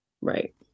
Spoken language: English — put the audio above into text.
Right